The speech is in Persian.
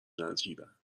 نجیبن